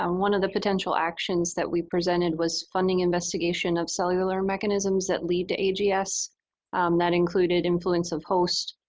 um one of the potential actions that we presented was funding investigation of cellular mechanisms that lead to ags. yeah um that included influence of host,